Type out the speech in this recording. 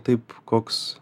taip koks